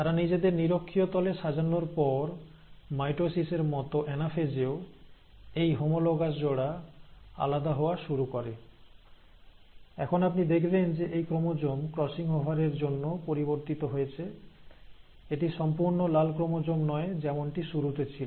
তারা নিজেদেরকে ইকোয়েটরিয়াল প্লেনে সাজানোর পর ঠিক মাইটোসিসের মত অ্যানাফেজে হোমোলোগাস পেয়ার গুলি দূরে সরে যেতে শুরু করে এখন আপনি দেখবেন যে এই ক্রোমোজোম ক্রসিং ওভার এর জন্য পরিবর্তিত হয়েছে এটি সম্পূর্ণ লাল ক্রোমোজোম নয় যেমনটি শুরুতে ছিল